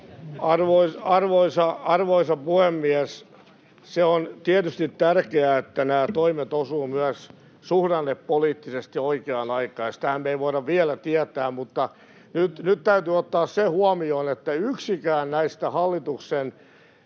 Arvoisa puhemies! Se on tietysti tärkeää, että nämä toimet osuvat myös suhdannepoliittisesti oikeaan aikaan, ja sitähän me emme voi vielä tietää. Mutta nyt täytyy ottaa huomioon se, ettei yksikään näistä hallituksen